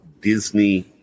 Disney